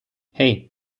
hey